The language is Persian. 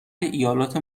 ایالات